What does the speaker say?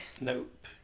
Nope